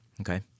Okay